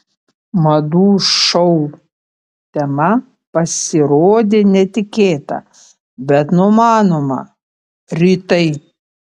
madų šou tema pasirodė netikėta bet numanoma rytai